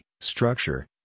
structure